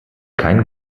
kein